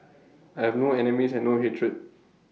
I have no enemies and no hatred